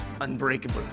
unbreakable